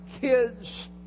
kids